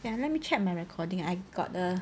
ya let me check my recording I got a